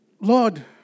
Lord